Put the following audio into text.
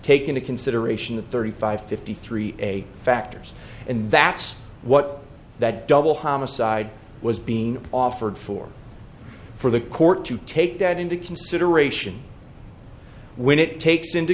take into consideration the thirty five fifty three a factors and that's what that double homicide was being offered for for the court to take that into consideration when it takes i